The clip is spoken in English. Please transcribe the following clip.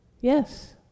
Yes